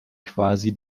quasi